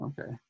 Okay